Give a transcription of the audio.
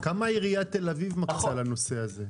כמה עיריית תל אביב מקצה לנושא הזה?